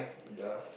ya